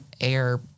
air